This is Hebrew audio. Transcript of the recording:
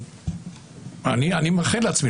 אני מאחל לעצמי,